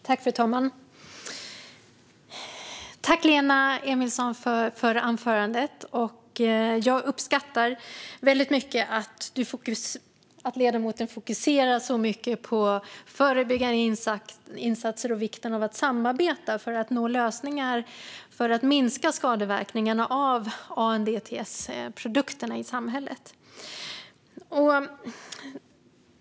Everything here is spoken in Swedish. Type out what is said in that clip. Fru talman! Tack, Lena Emilsson, för anförandet! Jag uppskattar väldigt mycket att ledamoten fokuserar så mycket på förebyggande insatser och vikten av att samarbeta för att nå lösningar och minska skadeverkningarna av ANDTS-produkterna i samhället.